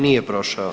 Nije prošao.